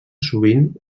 sovint